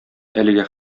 әлегә